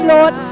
Lord